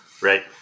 Right